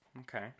Okay